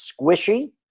squishy